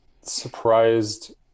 surprised